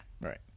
right